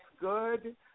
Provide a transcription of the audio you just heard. good